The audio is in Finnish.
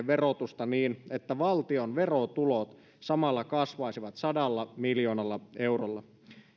verotusta niin että valtion verotulot samalla kasvaisivat sadalla miljoonalla eurolla